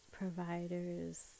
providers